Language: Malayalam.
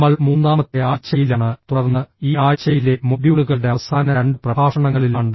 നമ്മൾ മൂന്നാമത്തെ ആഴ്ചയിലാണ് തുടർന്ന് ഈ ആഴ്ചയിലെ മൊഡ്യൂളുകളുടെ അവസാന രണ്ട് പ്രഭാഷണങ്ങളിലാണ്